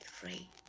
free